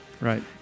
Right